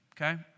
okay